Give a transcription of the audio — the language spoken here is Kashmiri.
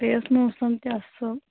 بیٚیہِ اوس موسَم تہِ اَصٕل